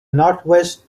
northwest